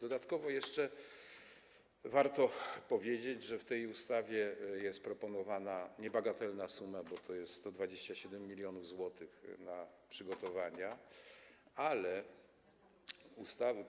Dodatkowo jeszcze warto powiedzieć, że w tej ustawie jest proponowana niebagatelna suma, bo to jest 127 mln zł, na przygotowania, ale